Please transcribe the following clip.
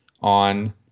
on